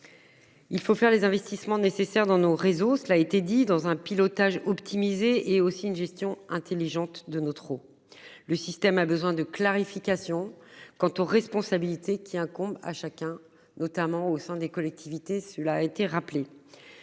Il faut faire les investissements nécessaires dans nos réseaux, cela a été dit dans un pilotage optimisé et aussi une gestion intelligente de nos trop. Le système a besoin de clarifications quant aux responsabilités qui incombent à chacun, notamment au sein des collectivités. Celui-là a été rappelé.